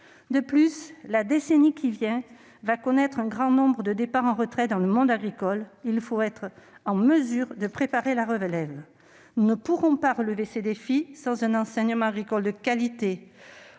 De plus, la décennie à venir connaîtra un grand nombre de départs à la retraite dans le monde agricole. Nous devons être en mesure de préparer la relève. Nous ne pourrons pas relever ces défis sans un enseignement agricole de qualité.